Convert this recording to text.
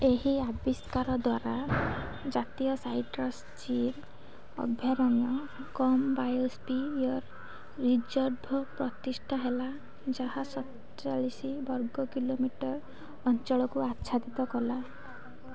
ଏହି ଆବିଷ୍କାର ଦ୍ୱାରା ଜାତୀୟ ସାଇଟ୍ରସ୍ ଜିନ୍ ଅଭୟାରଣ୍ୟ କମ୍ ବାୟୋସ୍ଫିୟର୍ ରିଜର୍ଭ ପ୍ରତିଷ୍ଠା ହେଲା ଯାହା ସତଚାଲିଶ ବର୍ଗ କିଲୋମିଟର ଅଞ୍ଚଳକୁ ଆଚ୍ଛାଦିତ କଲା